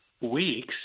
weeks